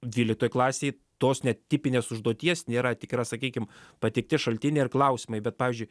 dvyliktoj klasėj tos net tipinės užduoties nėra tik yra sakykim pateikti šaltiniai ar klausimai bet pavyzdžiui